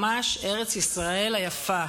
ממש ארץ ישראל היפה.